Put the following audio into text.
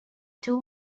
two